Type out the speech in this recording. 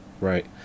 Right